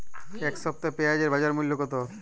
এ সপ্তাহে পেঁয়াজের বাজার মূল্য কত?